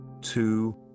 Two